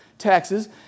Taxes